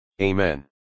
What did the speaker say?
Amen